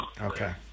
Okay